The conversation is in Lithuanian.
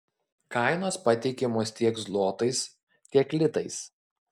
kainos pateikiamos tiek zlotais tiek litais